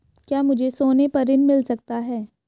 क्या मुझे सोने पर ऋण मिल सकता है?